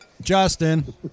Justin